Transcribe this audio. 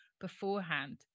beforehand